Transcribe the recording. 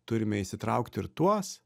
turime įsitraukti ir tuos